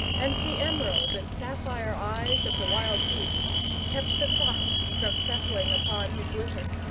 and the emerald and sapphire eyes of the wild beasts kept the frosts from settling upon his litter.